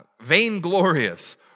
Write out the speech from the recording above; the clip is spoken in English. vainglorious